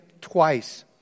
twice